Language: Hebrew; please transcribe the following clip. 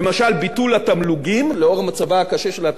לנוכח מצבה הקשה של התעשייה כולה החלטנו